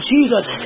Jesus